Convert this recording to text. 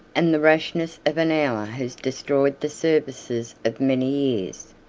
and the rashness of an hour has destroyed the services of many years.